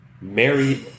married